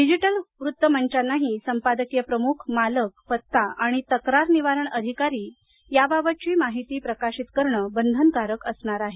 digital वृत्त मंचानाही संपादकीय प्रमुख मालक पत्ता आणि तक्रार निवारण अधिकारी याबाबतची माहिती प्रकाशित करणं बंधनकारक असणार आहे